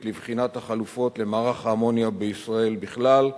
לבחינת החלופות למערך האמוניה בישראל בכלל,